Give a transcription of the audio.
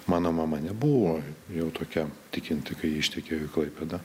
mano mama nebuvo jau tokia tikinti kai ji ištekėjo į klaipėdą